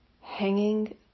hanging